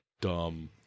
dumb